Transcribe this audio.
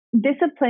discipline